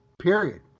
period